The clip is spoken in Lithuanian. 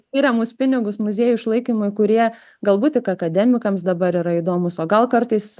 skiriamus pinigus muziejų išlaikymui kurie galbūt tik akademikams dabar yra įdomūs o gal kartais